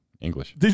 English